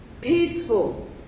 peaceful